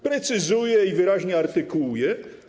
precyzuje i wyraźnie artykułuje.